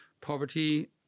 poverty